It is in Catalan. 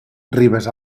ribes